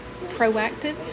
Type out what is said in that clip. proactive